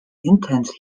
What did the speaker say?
intense